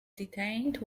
detained